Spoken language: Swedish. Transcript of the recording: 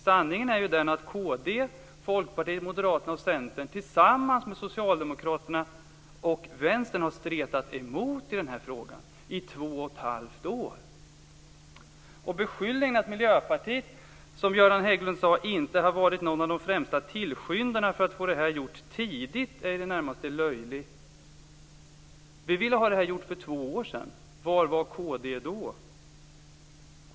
Sanningen är ju att kd, Folkpartiet, Moderaterna och Centern tillsammans med Socialdemokraterna och Vänstern har stretat emot i den här frågan i två och ett halvt år. Göran Hägglunds beskyllning att Miljöpartiet inte har varit någon av de främsta tillskyndarna när det gällt att få det här gjort tidigare är i det närmaste löjlig. Vi ville ha det här gjort för två år sedan. Var fanns kd då?